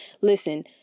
Listen